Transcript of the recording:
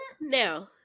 now